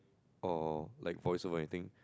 or like voice over acting